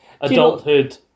adulthood